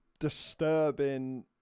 disturbing